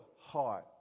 heart